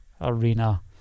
arena